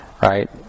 Right